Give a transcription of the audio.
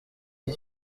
j’y